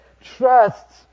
trusts